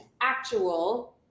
actual